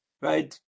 right